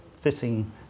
fitting